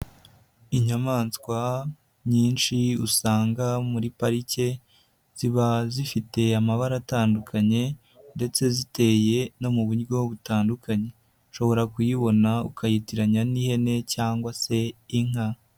Inyamaswa nyinshi usanga muri parike ziba zifite amabara atandukanye ndetse ziteye no mu buryo butandukanye, ushobora kuyibona ukayitiranya n'ihene cyangwa se inka.